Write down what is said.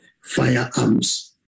Firearms